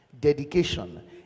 dedication